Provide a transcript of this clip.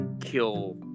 kill